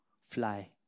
fly